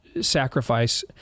sacrifice